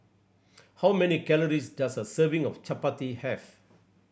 how many calories does a serving of Chapati have